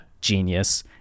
Genius